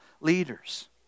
leaders